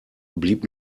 blieb